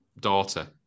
daughter